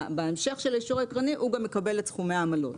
בהמשך של האישור העקרוני הוא גם מקבל את סכומי העמלות.